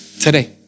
Today